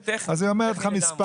אז היא אומרת לך מספר,